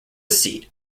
seat